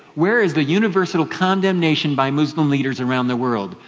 where is the universal condemnation by muslim leaders around the world?